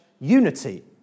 unity